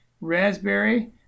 raspberry